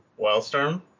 Wildstorm